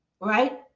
right